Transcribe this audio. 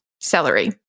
Celery